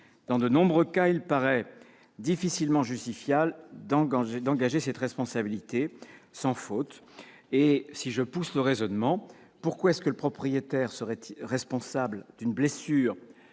dans de nombreux cas, il paraît difficilement justifiable d'engager cette responsabilité sans faute. En poussant le raisonnement, pourquoi le propriétaire serait-il responsable de la blessure